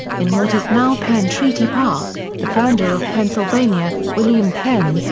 in what is now penn treaty park, the founder of pennsylvania, william penn,